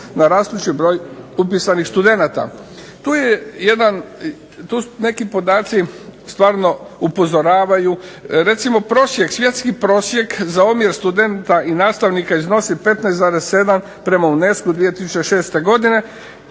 na rastući broj upisanih studenata. Tu je jedan, neki podaci stvarno upozoravaju. Recimo prosjek, svjetski prosjek za omjer studenta i nastavnika iznosi 15,7 prema UNESCO-u 2006. goidne,